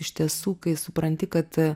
iš tiesų kai supranti kad